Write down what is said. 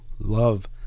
love